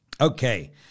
Okay